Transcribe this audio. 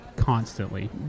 Constantly